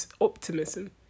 optimism